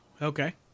Okay